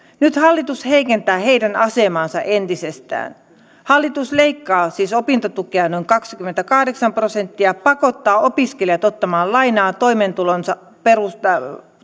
nyt hallitus heikentää heidän asemaansa entisestään hallitus leikkaa siis opintotukea noin kaksikymmentäkahdeksan prosenttia ja pakottaa opiskelijat ottamaan lainaa toimeentulonsa perustan